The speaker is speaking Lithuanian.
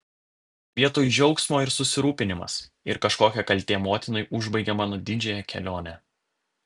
vietoj džiaugsmo ir susirūpinimas ir kažkokia kaltė motinai užbaigė mano didžiąją kelionę